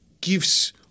gives